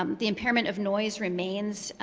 um the impairment of noise remains,